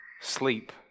sleep